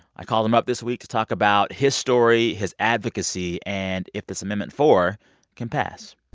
i called him up this week to talk about his story, his advocacy and if this amendment four can pass